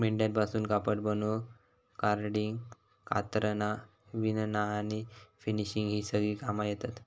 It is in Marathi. मेंढ्यांपासून कापड बनवूक कार्डिंग, कातरना, विणना आणि फिनिशिंग ही सगळी कामा येतत